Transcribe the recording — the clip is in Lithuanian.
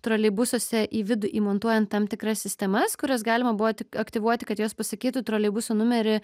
troleibusuose į vidų įmontuojant tam tikras sistemas kurias galima buvo tik aktyvuoti kad jos pasakytų troleibuso numerį